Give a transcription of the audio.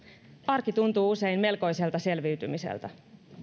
arki tuntuu usein melkoiselta selviytymiseltä